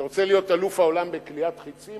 אתה רוצה להיות אלוף העולם בקליעת חצים?